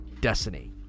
Destiny